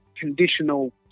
conditional